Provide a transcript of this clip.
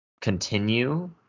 continue